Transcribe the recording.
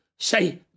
Say